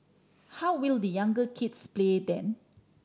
how will the younger kids play then